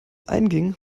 einging